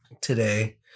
today